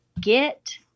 get